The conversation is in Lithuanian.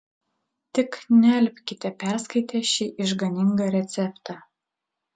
tik nealpkite perskaitę šį išganingą receptą